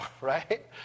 right